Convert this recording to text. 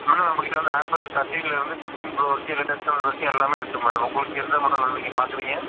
madam நம்மகிட்ட வந்து Apple தர்ட்டின்லேருந்து ஃபிஃப்டீன் ப்ரோ வரைக்கும் லேட்டஸ்ட்டாக உள்ளதுவரைக்கும் எல்லாமே இருக்குது மேடம் உங்களுக்கு எந்த மாடல் நீங்க பார்க்குறீங்க